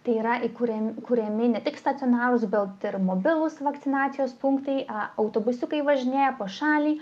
tai yra įkūrėm kuriami ne tik stacionarūs bet ir mobilūs vakcinacijos punktai autobusiukai važinėja po šalį